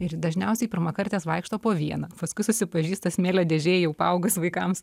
ir ji dažniausiai pirmakartės vaikšto po vieną paskui susipažįsta smėlio dėžėj jau paaugus vaikams